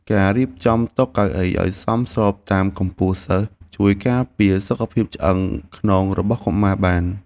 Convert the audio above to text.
ការរៀបចំតុនិងកៅអីឱ្យសមស្របតាមកម្ពស់សិស្សជួយការពារសុខភាពឆ្អឹងខ្នងរបស់កុមារបាន។